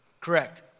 correct